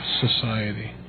society